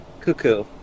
cuckoo